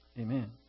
Amen